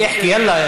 אחכי, יאללה.